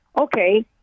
okay